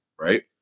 right